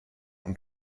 und